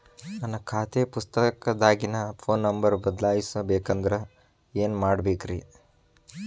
ನನ್ನ ಖಾತೆ ಪುಸ್ತಕದಾಗಿನ ಫೋನ್ ನಂಬರ್ ಬದಲಾಯಿಸ ಬೇಕಂದ್ರ ಏನ್ ಮಾಡ ಬೇಕ್ರಿ?